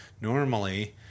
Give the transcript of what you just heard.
normally